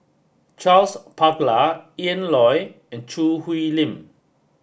Charles Paglar Lan Loy and Choo Hwee Lim